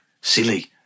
silly